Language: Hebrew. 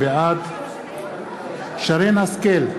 בעד שרן השכל,